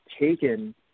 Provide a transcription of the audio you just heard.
taken